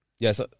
Yes